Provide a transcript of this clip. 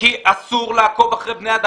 כי אסור לעקוב אחרי בני-אדם.